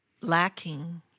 lacking